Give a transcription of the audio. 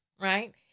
right